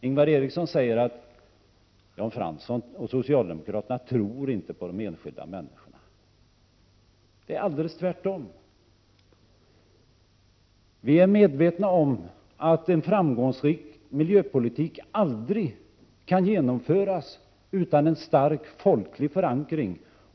Ingvar Eriksson säger att Jan Fransson och socialdemokraterna inte tror på de enskilda människorna. Det är alldeles tvärtom. Vi är medvetna om att en framgångsrik miljöpolitik aldrig kan genomföras utan en stark folklig förankring.